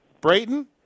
Brayton